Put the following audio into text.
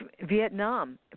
Vietnam